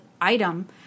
item